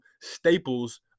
staples